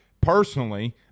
personally